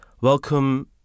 Welcome